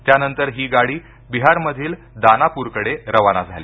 त्यानंतर ही गाडी बिहारमधील दानाप्रकडे रवाना झाली